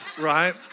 right